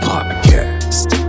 Podcast